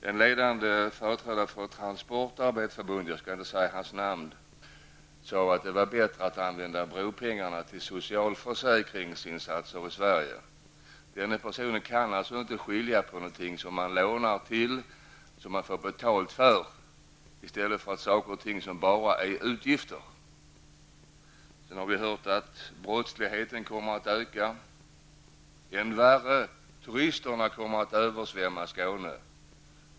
En ledande företrädare för ett transportarbetarförbund, jag skall inte säga hans namn, har sagt att det är bättre att använda bropengarna till socialförsäkringsinsatser i Sverige. Denna person kan alltså inte skilja på något som man lånar för att sedan få betalt för och sådant som bara är utgifter. Vi har fått höra att brottsligheten kommer att öka. Än värre, turisterna kommer att översvämma Skåne!